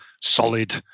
solid